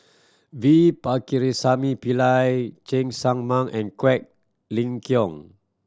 V Pakirisamy Pillai Cheng Tsang Man and Quek Ling Kiong